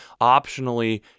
optionally